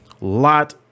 lot